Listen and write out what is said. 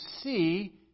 see